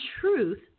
truth